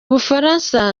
bufaransa